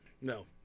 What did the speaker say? No